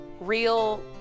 real